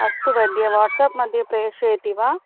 अस्तु वैद्ये वाट्सेप् मध्ये प्रेषयति वा